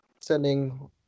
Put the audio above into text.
sending